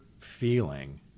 feeling